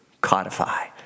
codify